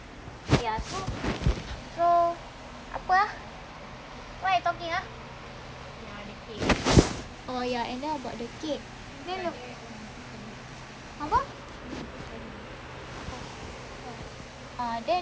ya so like apa ah what I talking ah oh ya and then about the cake then apa ah then